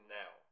now